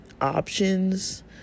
options